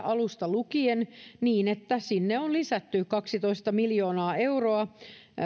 alusta lukien niin että sinne on lisätty kaksitoista miljoonaa euroa